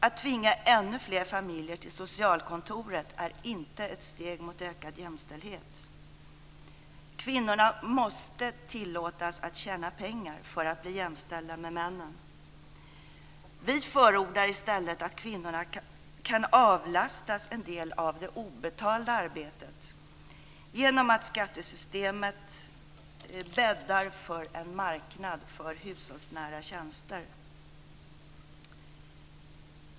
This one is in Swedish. Att tvinga ännu fler familjer till socialkontoret är inte ett steg mot ökad jämställdhet. Kvinnorna måste tillåtas att tjäna pengar för att bli jämställda med männen. Vi förordar i stället att kvinnorna avlastas en del av det obetalda arbetet genom att skattesystemet bäddar för en marknad för hushållsnära tjänster.